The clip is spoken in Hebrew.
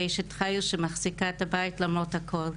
אשת החייל שמחזיקה את הבית למרות הכל,